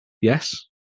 Yes